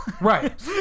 Right